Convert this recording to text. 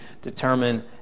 determine